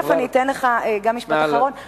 תיכף אני אתן לך גם משפט אחרון,